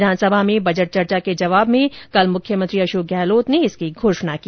विधानसभा में बजट चर्चा के जवाब में मुख्यमंत्री अशोक गहलोत ने इसकी घोषणा की